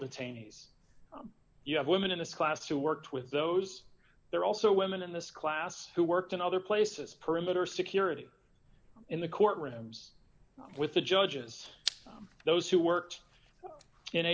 detainees you have women in this class who worked with those there are also women in this class who worked in other places perimeter security in the courtrooms with the judges those who worked